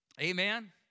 Amen